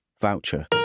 voucher